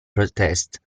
protest